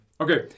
Okay